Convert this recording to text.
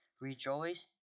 Rejoice